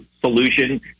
solution